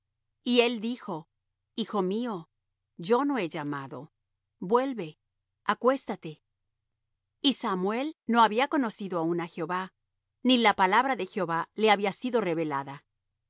y él dijo hijo mío yo no he llamado vuelve y acuéstate y samuel no había conocido aún á jehová ni la palabra de jehová le había sido revelada